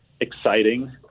exciting